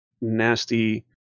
nasty